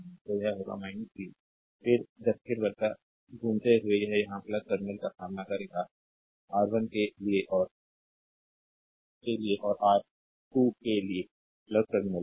तो यह होगा v फिर दक्षिणावर्त घूमते हुए यह यहां टर्मिनल का सामना करेगा आर 1 के लिए और आर 2 के लिए टर्मिनल यहां